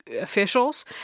officials